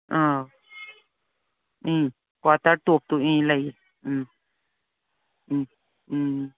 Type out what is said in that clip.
ꯑꯧ ꯎꯝ ꯀ꯭ꯋꯥꯇꯔ ꯇꯣꯞꯇꯨ ꯎꯝ ꯂꯩꯌꯦ ꯎꯝ ꯎꯝ ꯎꯝ